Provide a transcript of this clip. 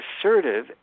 assertive